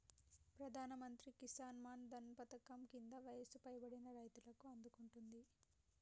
ప్రధానమంత్రి కిసాన్ మాన్ ధన్ పధకం కింద వయసు పైబడిన రైతులను ఆదుకుంటుంది